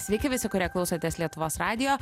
sveiki visi kurie klausotės lietuvos radijo